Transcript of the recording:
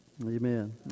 Amen